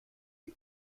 die